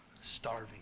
starving